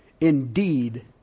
indeed